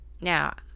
Now